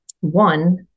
One